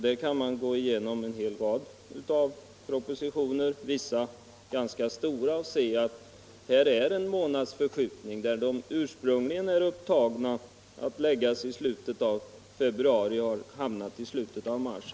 Där kan man se att en hel rad av propositioner, vissa ganska stora, framlagts med en månads förskjutning. Det var ursprungligen angivet att de skulle läggas fram i slutet av februari, men de hamnade i slutet av mars.